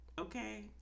Okay